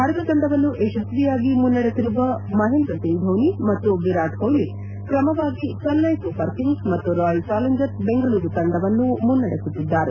ಭಾರತ ತಂಡವನ್ನು ಯಶಸ್ವಿಯಾಗಿ ಮುನ್ನಡೆಸಿರುವ ಮಹೇಂದ್ರ ಸಿಂಗ್ ಧೋನಿ ಮತ್ತು ವಿರಾಟ್ ಕೊಟ್ಲಿ ಕ್ರಮವಾಗಿ ಚೆನ್ನೈ ಸೂಪರ್ ಕಿಂಗ್ಸ್ ಮತ್ತು ರಾಯಲ್ ಚಾಲೆಂಜರ್ಸ್ ಬೆಂಗಳೂರು ತಂಡವನ್ನು ಮುನ್ನಡೆಸುತ್ತಿದ್ದಾರೆ